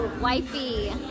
Wifey